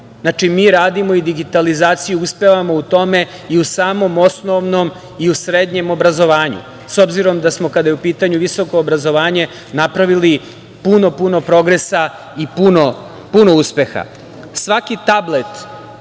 mi radimo i digitalizaciju, uspevamo u tome i u samom osnovnom i u srednjem obrazovanju, s obzirom da smo kada je u pitanju visoko obrazovanje napravili puno, puno progresa i puno uspeha. Svaki